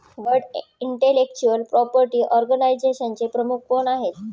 World intellectual property ऑर्गनायझेशनचे प्रमुख कोण आहेत?